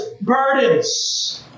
burdens